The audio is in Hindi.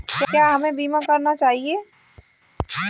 क्या हमें बीमा करना चाहिए?